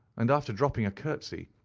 and after dropping a curtsey,